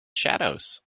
shadows